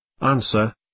Answer